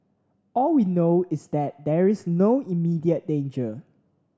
all we know is that there is no immediate danger